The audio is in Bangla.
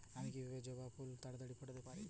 আমি কিভাবে জবা ফুল তাড়াতাড়ি ফোটাতে পারি?